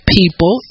people